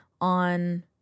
on